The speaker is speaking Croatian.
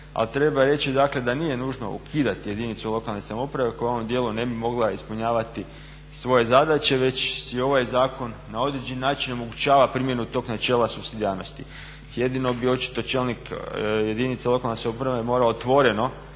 treba reći dakle da nije nužno ukidati jedinicu lokalne samouprave koja u ovom djelu ne bi mogla ispunjavati svoje zadaće, već i ovaj zakon na određeni način omogućava primjenu tog načela supsidijarnosti. Jedino bi očito čelnik jedinice lokalne samouprave morao otvoreno